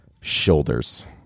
shoulders